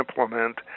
implement